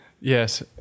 Yes